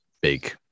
Big